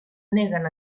neguen